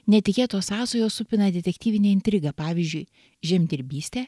netikėtos sąsajos supina detektyvinę intrigą pavyzdžiui žemdirbystė